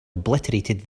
obliterated